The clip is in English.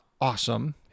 awesome